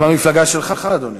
גם במפלגה שלך, אדוני.